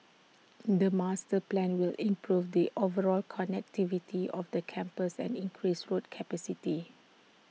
the master plan will improve the overall connectivity of the campus and increase road capacity